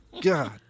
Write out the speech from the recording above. God